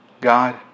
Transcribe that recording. God